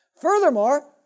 Furthermore